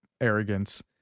arrogance